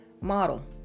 model